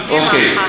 אוקיי.